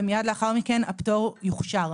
ומייד לאחר מכן הפטור יוכשר.